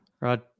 Rod